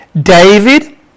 David